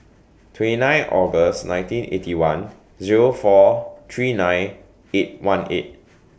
twenty nine August nineteen Eighty One Zero four three nine eight one eight